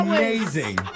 Amazing